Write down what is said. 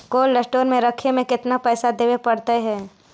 Cold store में रखे में केतना पैसा देवे पड़तै है?